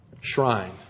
shrine